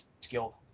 skilled